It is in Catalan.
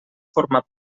formar